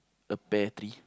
a pear tree